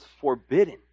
forbidden